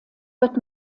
wird